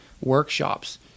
workshops